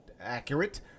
accurate